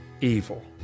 evil